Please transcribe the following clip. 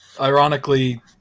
Ironically